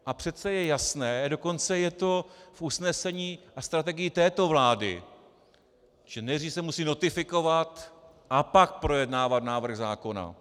A přece je jasné, dokonce je to v usnesení a strategii této vlády, že nejdřív se musí notifikovat, a pak projednávat návrh zákona.